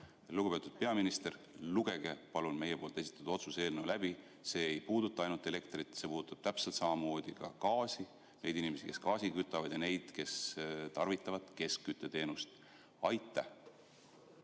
Lugupeetud peaminister! Lugege palun meie esitatud otsuse eelnõu läbi. See ei puuduta ainult elektrit, see puudutab täpselt samamoodi ka gaasi, neid inimesi, kes gaasiga kütavad, ja neid, kes kasutavad keskkütteteenust. Aitäh!